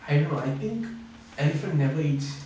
I don't know I think elephant never eats